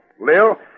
Lil